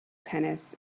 tennis